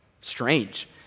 strange